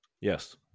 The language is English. Yes